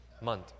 month